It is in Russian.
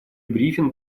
брифинг